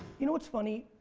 you know what's funny?